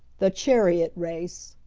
the chariot race.